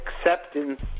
Acceptance